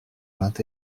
vingt